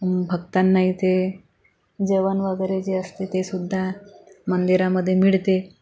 भक्तांना इथे जेवण वगैरे जे असते ते सुद्धा मंदिरामधे मिळते